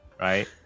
Right